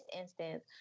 instance